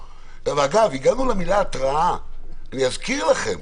אגב, הגענו למילה "התראה", אני מזכיר לכם.